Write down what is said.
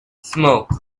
smoke